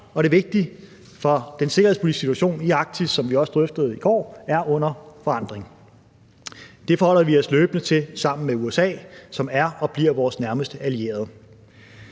og det er vigtigt, for den sikkerhedspolitiske situation i Arktis, som vi også drøftede i går, er under forandring. Det forholder vi os løbende til sammen med USA, som er og bliver vores nærmeste allierede.